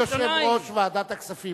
כבוד יושב-ראש ועדת הכספים,